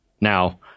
Now